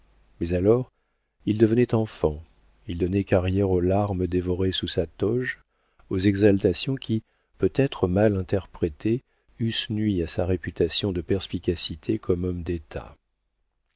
mais alors il devenait enfant il donnait carrière aux larmes dévorées sous sa toge aux exaltations qui peut-être mal interprétées eussent nui à sa réputation de perspicacité comme homme d'état